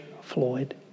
Floyd